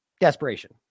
Desperation